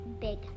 Big